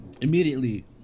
immediately